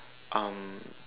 um